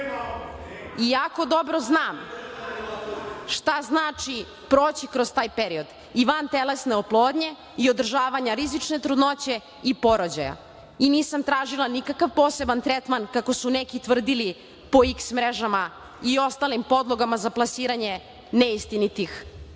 i jako dobro znam šta znači proći kroz taj period i vantelesne oplodnje i održavanja rizične trudnoće i porođaja i nisam tražila nikakav poseban tretman, kako su neki tvrdili po „H“ mrežama i ostalim podlogama za plasiranje neistinitih